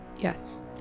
Yes